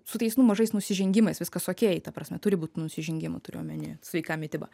su tais nu mažais nusižengimais viskas okei ta prasme turi būt nusižengimų turiu omeny sveiką mitybą